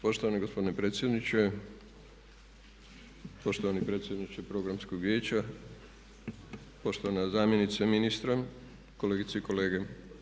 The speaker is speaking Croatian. Poštovani gospodine predsjedniče, poštovani predsjedniče Programskog vijeća, poštovana zamjenice ministra, kolegice i kolege.